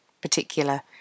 particular